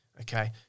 Okay